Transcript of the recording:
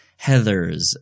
Heathers